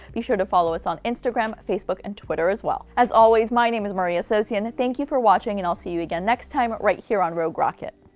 be sure to follow us on instagram, facebook, and twitter as well. as always, my name is maria sosyan. thank you for watching, and i'll see you again next time, right here on rogue rocket.